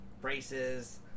braces